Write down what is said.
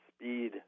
speed